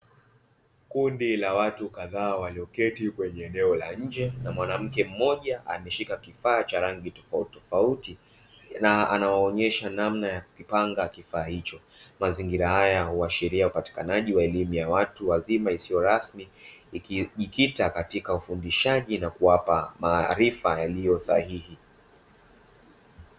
Kundi la watu kadhaa waliyoketi kwenye eneo la nje na mwanamke mmoja ameshika kifaa cha rangi tofautitofauti, na anawaonyesha namna ya kupanga kifaa hicho. Mazingira haya huashiria upatikanaji wa elimu ya watu wazima isiyo rasmi, ikijikita katika ufundishaji na kuwapa maarifa yaliyosahihi.